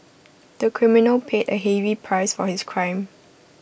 the criminal paid A heavy price for his crime